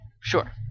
Sure